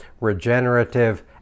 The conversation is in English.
regenerative